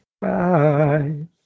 Bye